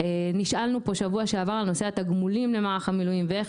נשאלנו פה בשבוע שעבר על נושא התגמולים למערך המילואים ואיך